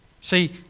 See